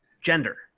gender